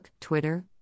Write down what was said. Twitter